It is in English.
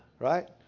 right